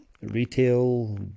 retail